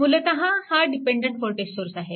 मूलतः हा dependent voltage source आहे